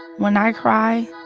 when i cry,